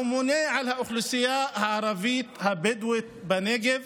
הממונה על האוכלוסייה הערבית הבדואית בנגב